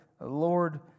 Lord